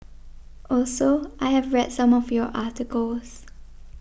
also I have read some of your articles